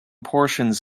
portions